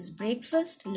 breakfast